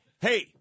Hey